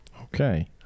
Okay